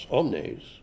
omnes